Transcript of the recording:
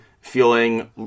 feeling